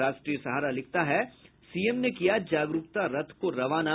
राष्ट्रीय सहारा लिखता है सीएम ने किया जागरूकता रथ को रवाना